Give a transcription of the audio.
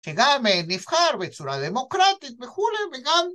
שגם נבחר בצורה דמוקרטית וכולי וגם